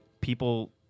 People